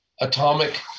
atomic